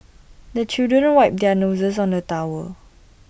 the children wipe their noses on the towel